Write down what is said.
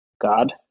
God